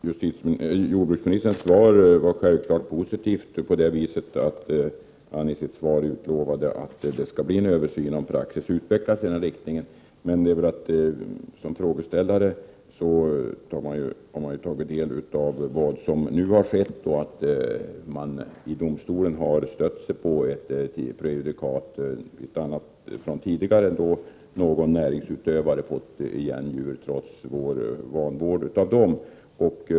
Herr talman! Jordbruksministerns svar var självfallet positivt så till vida att han utlovade att det skall bli en översyn. Som frågeställare har man naturligtvis tagit del av vad som har skett. Domstolen har stött sig på ett prejudikat då någon näringsutövare fått igen sina djur trots vanvård av dessa.